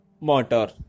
motor